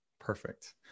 Perfect